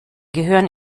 gehören